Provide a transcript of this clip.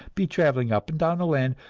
be traveling up and down the land,